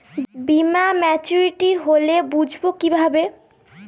বীমা মাচুরিটি হলে বুঝবো কিভাবে?